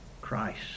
Christ